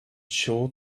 show